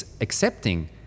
accepting